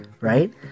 Right